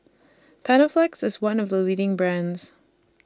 Panaflex IS one of The leading brands